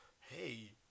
hey